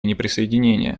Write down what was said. неприсоединения